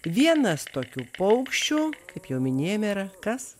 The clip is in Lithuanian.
vienas tokių paukščių kaip jau minėjome yra kas